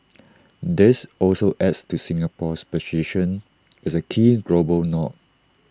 this also adds to Singapore's position as A key global node